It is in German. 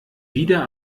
wieder